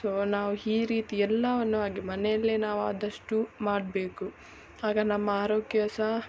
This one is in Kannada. ಸೊ ನಾವು ಈ ರೀತಿ ಎಲ್ಲವನ್ನೂ ಹಾಗೇ ನಾವು ಮನೆಯಲ್ಲೇ ಆದಷ್ಟು ಮಾಡಬೇಕು ಆಗ ನಮ್ಮ ಆರೋಗ್ಯ ಸಹ